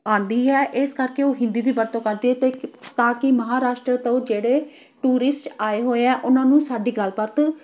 ਆਉਂਦੀ ਹੈ ਇਸ ਕਰਕੇ ਉਹ ਹਿੰਦੀ ਦੀ ਵਰਤੋਂ ਕਰਦੇ ਅਤੇ ਤਾਂ ਕਿ ਮਹਾਰਾਸ਼ਟਰ ਤੋਂ ਜਿਹੜੇ ਟੂਰਿਸਟ ਆਏ ਹੋਏ ਹੈ ਉਹਨਾਂ ਨੂੰ ਸਾਡੀ ਗੱਲਬਾਤ